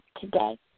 today